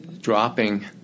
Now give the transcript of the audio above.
dropping